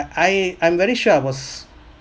I I'm very sure I was